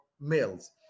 males